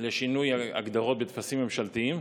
לשינוי הגדרות בטפסים ממשלתיים,